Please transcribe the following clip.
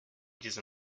diese